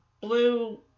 blue